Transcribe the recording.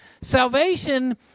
Salvation